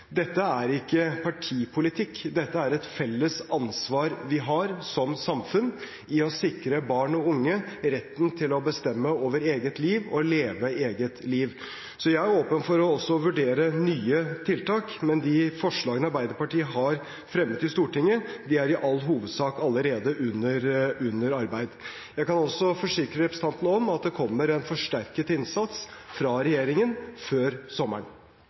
Dette er ikke partipolitikk; dette er et felles ansvar vi har som samfunn for å sikre barn og unge retten til å bestemme over eget liv og leve eget liv. Så jeg er åpen for også å vurdere nye tiltak, men de forslagene Arbeiderpartiet har fremmet i Stortinget, er i all hovedsak allerede under arbeid. Jeg kan også forsikre representanten om at det kommer en forsterket innsats fra regjeringen før sommeren.